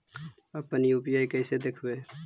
अपन यु.पी.आई कैसे देखबै?